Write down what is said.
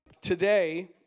Today